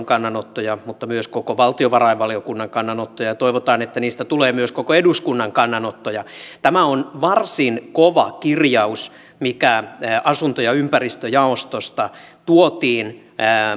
kannanottoja mutta myös koko valtiovarainvaliokunnan kannanottoja toivotaan että niistä tulee myös koko eduskunnan kannanottoja tämä on varsin kova kirjaus mikä asunto ja ympäristöjaostosta tuotiin